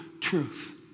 truth